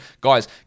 guys